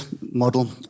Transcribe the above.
model